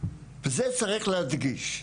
וזה צריך להדגיש,